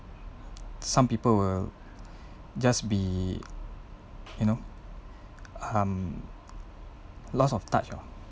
some people will just be you know um loss of touch ah